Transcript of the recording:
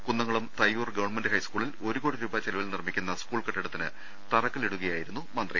കുന്നം കുളം തയ്യൂർ ഗവൺമെന്റ് ഹൈസ്കൂളിൽ ഒരുകോടി രൂപ ചെലവിൽ നിർമ്മി ക്കുന്ന സ്കൂൾ കെട്ടിടത്തിന് തറക്കല്പിടുകയായിരുന്നു മന്ത്രി